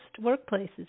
workplaces